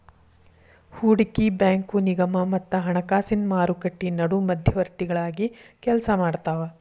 ಹೂಡಕಿ ಬ್ಯಾಂಕು ನಿಗಮ ಮತ್ತ ಹಣಕಾಸಿನ್ ಮಾರುಕಟ್ಟಿ ನಡು ಮಧ್ಯವರ್ತಿಗಳಾಗಿ ಕೆಲ್ಸಾಮಾಡ್ತಾವ